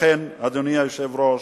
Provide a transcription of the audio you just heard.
לכן, אדוני היושב-ראש,